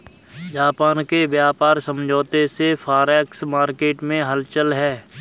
Japan के व्यापार समझौते से फॉरेक्स मार्केट में हलचल है